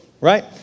Right